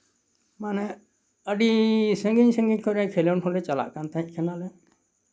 ᱢᱟᱱᱮ ᱟᱹᱰᱤ ᱥᱟᱹᱜᱤᱧ ᱥᱟᱹᱜᱤᱧ ᱠᱚᱨᱮ ᱠᱷᱮᱞᱳᱰ ᱦᱚᱸᱞᱮ ᱪᱟᱞᱟᱜ ᱠᱟᱱ ᱛᱟᱦᱮᱸ ᱠᱟᱱᱟᱞᱮ